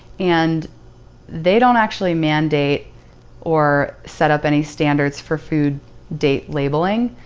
and they don't actually mandate or set up any standards for food date labelling,